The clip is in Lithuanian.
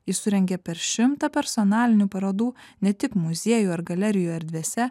ji surengė per šimtą personalinių parodų ne tik muziejų ar galerijų erdvėse